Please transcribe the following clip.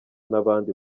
n’abandi